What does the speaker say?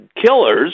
killers